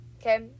Okay